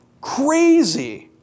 Crazy